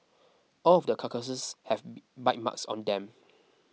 all of the carcasses have bite marks on them